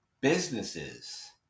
businesses